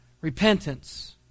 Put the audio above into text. repentance